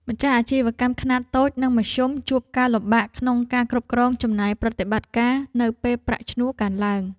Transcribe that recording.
ម្ចាស់អាជីវកម្មខ្នាតតូច និងមធ្យមជួបការលំបាកក្នុងការគ្រប់គ្រងចំណាយប្រតិបត្តិការនៅពេលប្រាក់ឈ្នួលកើនឡើង។